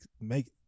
make